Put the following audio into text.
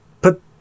put